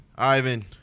Ivan